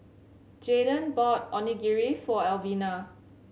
Jaydon bought Onigiri for Elvina